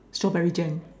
strawberry jam